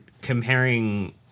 comparing